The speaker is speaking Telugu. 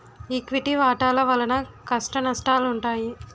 ఈక్విటీ వాటాల వలన కష్టనష్టాలుంటాయి